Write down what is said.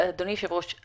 אדוני היושב-ראש,